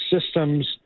systems